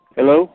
Hello